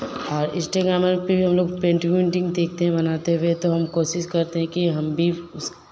और इंस्टाग्रामर पे हम लोग पेंटिंग उन्टिंग देखते हैं बनाते हुए तो हम कोशिश करते हैं कि हम भी इस